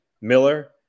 Miller